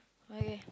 okay